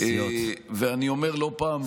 אני אומר לא פעם,